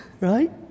Right